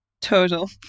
total